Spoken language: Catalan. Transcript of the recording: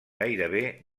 gairebé